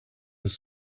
was